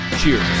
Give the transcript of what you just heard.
cheers